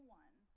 one